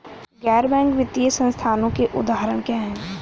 गैर बैंक वित्तीय संस्थानों के उदाहरण क्या हैं?